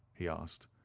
he asked.